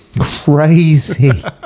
crazy